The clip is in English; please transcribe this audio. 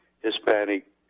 Hispanic